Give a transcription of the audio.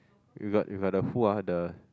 you got you got the who ah the